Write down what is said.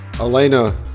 Elena